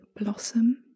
blossom